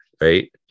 right